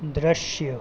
दृश्य